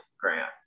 Grant